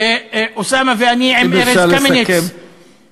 אוסאמה ואני, עם ארז קמיניץ, אם אפשר לסכם.